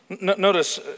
Notice